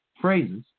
phrases